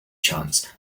chance